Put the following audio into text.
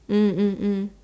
mm mm mm